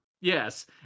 Yes